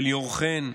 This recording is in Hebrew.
של אליאור חן,